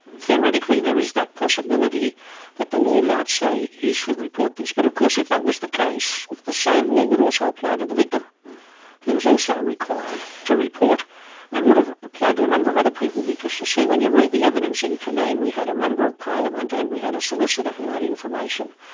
theoretically there is that possibility that the law might say you should report this, but of course if that was the case, the same law would also apply to the victim who is also required to report and would have applied to a number of other people because you see when you read the evidence in cunneen we had a member of parliament and we had a solicitor who had information.